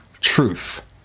truth